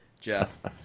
Jeff